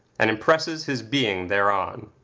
and impresses his being thereon.